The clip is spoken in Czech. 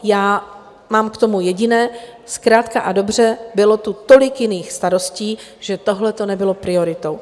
Já mám k tomu jediné zkrátka a dobře, bylo tu tolik jiných starostí, že tohle nebylo prioritou.